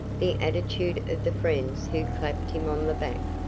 the attitude of the friends who clapped him on the back,